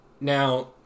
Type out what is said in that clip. now